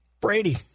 Brady